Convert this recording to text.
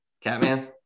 Catman